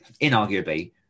inarguably